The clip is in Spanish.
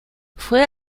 fue